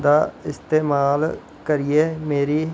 दा इस्तमाल करियै मेरी